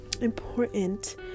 important